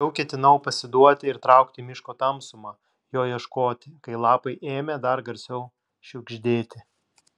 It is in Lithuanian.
jau ketinau pasiduoti ir traukti į miško tamsumą jo ieškoti kai lapai ėmė dar garsiau šiugždėti